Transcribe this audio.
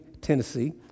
Tennessee